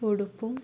ಉಡುಪು